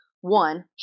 One